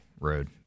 road